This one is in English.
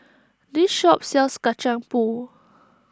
this shop sells Kacang Pool